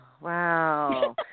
Wow